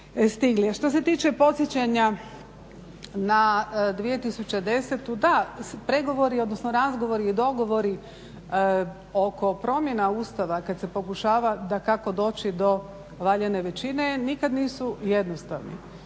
što se tiče podsjećanja na 2010. da pregovori, odnosno razgovori i dogovori oko promjena Ustava kad se pokušava dakako doći do valjane većine nikad nisu jednostavni.